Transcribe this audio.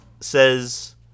says